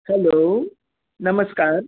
hello नमस्कार